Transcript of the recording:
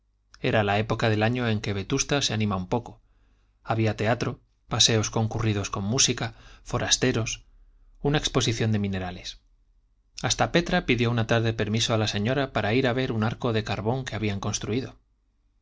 era la época del año en que vetusta se anima un poco había teatro paseos concurridos con música forasteros una exposición de minerales hasta petra pidió una tarde permiso a la señora para ir a ver un arco de carbón que habían construido